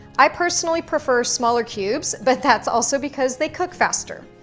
i personally prefer smaller cubes but that's also because they cook faster.